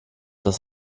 das